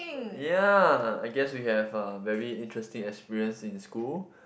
ya I guess we have uh very interesting experience in school